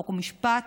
חוק ומשפט